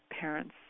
parents